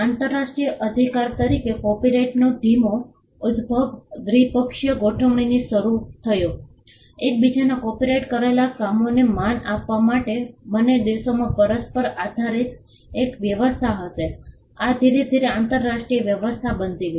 આંતરરાષ્ટ્રીય અધિકાર તરીકે કોપિરાઇટનો ધીમો ઉદભવ દ્વિપક્ષીય ગોઠવણીથી શરૂ થયો એકબીજાના કોપિરાઇટ કરેલા કામોને માન આપવા માટે બંને દેશોમાં પરસ્પર આધારિત એક વ્યવસ્થા હશે આ ધીરે ધીરે આંતરરાષ્ટ્રીય વ્યવસ્થા બની ગઈ